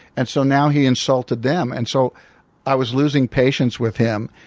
and so now he insulted them. and so i was losing patience with him,